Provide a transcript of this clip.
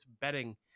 betting